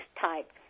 type